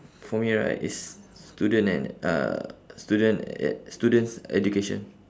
for me right it's student and uh student e~ student's education